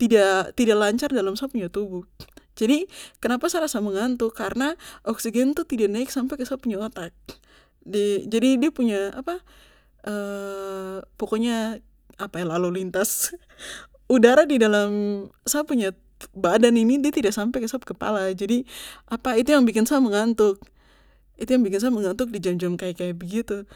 tidak tidak lancar dalam sa punya tubuh jadi kenapa sa rasa mengantuk karena oksigen itu tidak naik sampe ke sa pu otak di jadi de punya apa pokoknya apa lalu lintas udara di dalam sa punya badan ini de tidak sampe ke sap kepala jadi apa itu yang bikin sa mengantuk itu yang bikin sa mengantuk di jam jam kaya kaya begitu